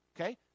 Okay